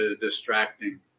distracting